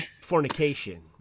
fornication